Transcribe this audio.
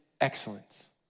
excellence